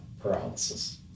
paralysis